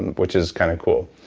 which is kind of cool.